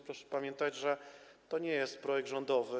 Proszę pamiętać, że to nie jest projekt rządowy.